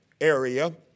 area